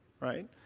right